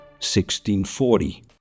1640